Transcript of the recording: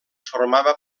formava